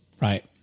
Right